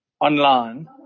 online